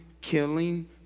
killing